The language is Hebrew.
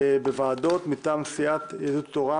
בוועדות, מטעם סיעת יהדות התורה.